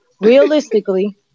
realistically